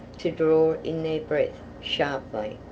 to draw in their breath sharply.